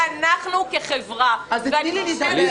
-- מי אנחנו כחברה -- ס': אז תני לי לדבר.